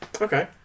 Okay